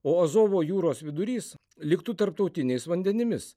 o azovo jūros vidurys liktų tarptautiniais vandenimis